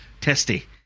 testy